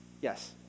Yes